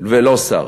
ולא שר.